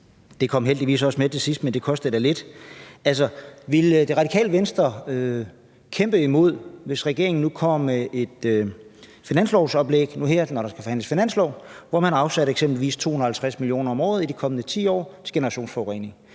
Det kom heldigvis også med til sidst, men det kostede da lidt. Altså, vil Det Radikale Venstre kæmpe imod, hvis regeringen nu kommer med et finanslovsoplæg, når der nu her skal forhandles finanslov, hvor man har afsat eksempelvis 250 mio. kr. om året i de kommende 10 år til generationsforurening